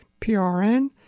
PRN